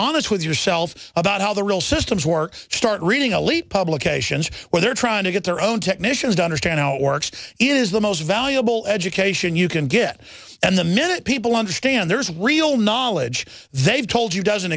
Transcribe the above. honest with yourself about how the real systems work start reading a leap publications where they're trying to get their own technicians to understand how it works is the most valuable education you can get and the minute people understand there's a real knowledge they've told you doesn't